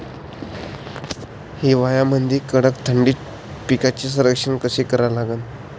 हिवाळ्यामंदी कडक थंडीत पिकाचे संरक्षण कसे करा लागन?